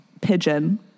pigeon